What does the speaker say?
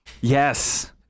Yes